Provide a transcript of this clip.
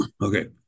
Okay